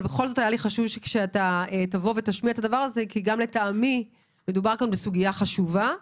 אבל היה לי חשוב שתשמיע את דבריך כי גם לטעמי מדובר בסוגיה חשובה.